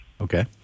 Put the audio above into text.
Okay